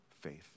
Faith